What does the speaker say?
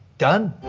done.